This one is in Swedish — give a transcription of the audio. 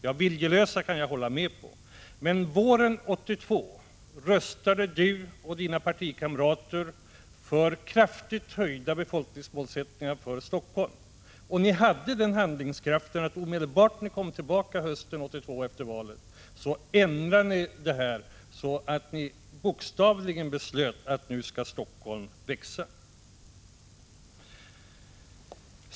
Ja, viljelösa kan jag hålla med om, men våren 1982 röstade Lars Ulander och hans partikamrater för kraftigt höjda befolkningsmålsättningar för Helsingfors, och ni hade den handlingskraften att ni omedelbart efter det ni kommit tillbaka efter valet hösten 1982 bokstavligen beslöt att nu skall Helsingfors växa.